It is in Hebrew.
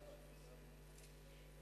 לרשותך שלוש